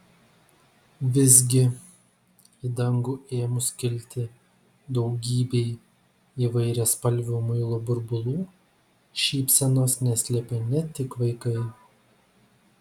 vis gi į dangų ėmus kilti daugybei įvairiaspalvių muilo burbulų šypsenos neslėpė ne tik vaikai